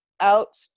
out